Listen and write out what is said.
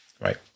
Right